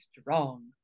strong